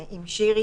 מינימלי.